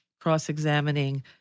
cross-examining